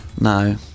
No